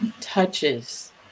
Touches